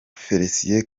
félicien